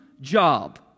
job